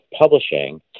publishing